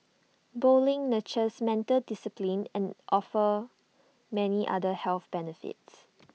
bowling nurtures mental discipline and offers many other health benefits